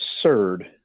absurd